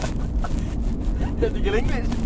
dah tiga language